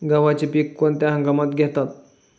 गव्हाचे पीक कोणत्या हंगामात घेतात?